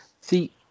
See